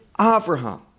Abraham